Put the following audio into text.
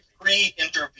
pre-interview